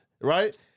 right